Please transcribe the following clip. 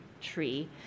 tree